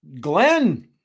Glenn